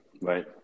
right